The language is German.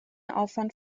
aufwand